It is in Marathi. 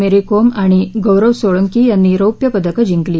मेरी कोम आणि गौरव सोळंकी यांनी रौप्य पदकं जिंकली